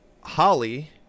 Holly